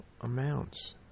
amounts